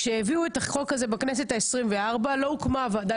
כשהביאו את החוק הזה בכנסת ה-24 לא הוקמה הוועדה